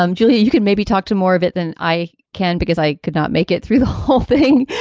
um julia, you can maybe talk to more of it than i can because i cannot make it through the whole thing.